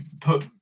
put